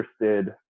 interested